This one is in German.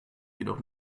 jedoch